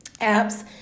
apps